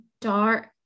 dark